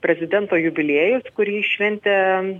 prezidento jubiliejus kurį šventė